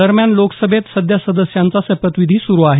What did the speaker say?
दरम्यान लोकसभेत सध्या सदस्यांचा शपथविधी सुरू आहे